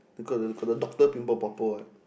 got the got the doctor pimple popper what